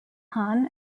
han